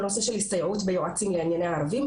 כל הנושא של הסתייעות ביועצים לענייני ערבים,